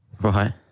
Right